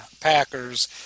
Packers